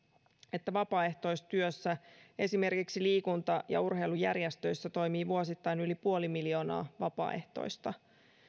että vapaaehtoistyössä esimerkiksi liikunta ja urheilujärjestöissä toimii vuosittain yli puoli miljoonaa vapaaehtoista